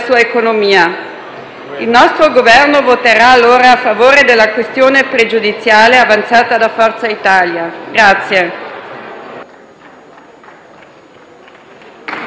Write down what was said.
Il nostro Gruppo voterà a favore della questione pregiudiziale avanzata da Forza Italia.